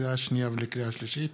לקריאה שנייה ולקריאה שלישית,